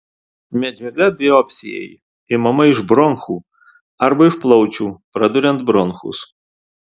medžiaga biopsijai imama iš bronchų arba iš plaučių praduriant bronchus